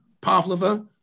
Pavlova